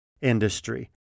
industry